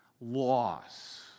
loss